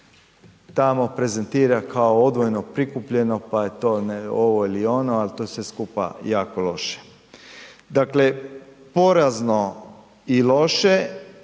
tamo prezentira kao odvojeno prikupljeno pa je to ovo ili ono, ali to je sve skupa jako loše. Dakle, porazno i loše